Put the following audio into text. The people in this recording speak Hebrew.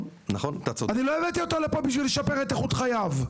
אני לא הבאתי אותו לפה כדי לשפר את איכות חייו.